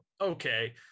Okay